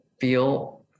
feel